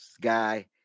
Guy